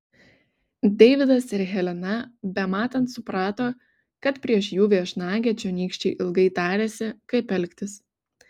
deividas ir helena bematant suprato kad prieš jų viešnagę čionykščiai ilgai tarėsi kaip elgtis